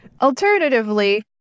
Alternatively